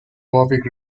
warwick